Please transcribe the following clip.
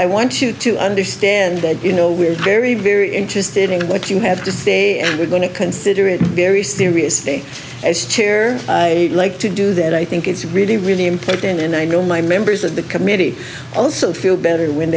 i want you to understand that you know we're very very interested in what you have to say and we're going to consider it very seriously and like to do that i think it's really really important and i know my members of the committee also feel better when